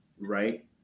right